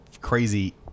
crazy